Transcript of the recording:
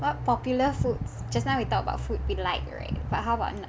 what popular foods just now we talk about food we like right but how about not~